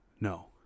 no